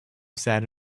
sad